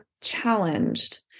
challenged